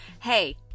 Hey